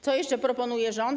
Co jeszcze proponuje rząd?